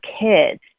kids